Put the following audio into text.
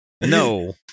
No